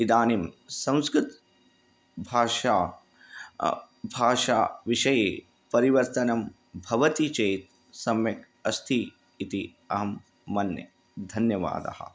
इदानीं संस्कृतभाषा भाषायाः विषये परिवर्तनं भवति चेत् सम्यक् अस्ति इति अहं मन्ये धन्यवादः